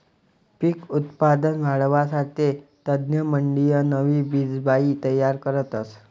पिक उत्पादन वाढावासाठे तज्ञमंडयी नवी बिजवाई तयार करतस